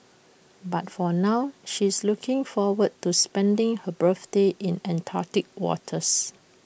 but for now she is looking forward to spending her birthday in Antarctic waters